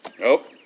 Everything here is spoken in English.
Nope